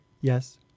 Yes